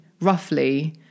roughly